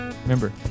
Remember